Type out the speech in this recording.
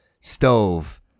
stove